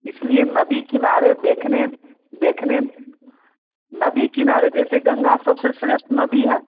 इसलिए नदी किनारे देखने देखने नदी किनारे जैसे गंगा सबसे श्रेष्ठ नदी है